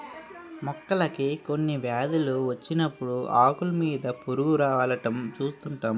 మొక్కలకి కొన్ని వ్యాధులు వచ్చినప్పుడు ఆకులు మీద పురుగు వాలడం చూస్తుంటాం